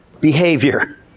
behavior